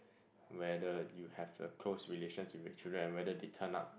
whether you have a close relations with your children and whether they turned up